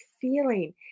feeling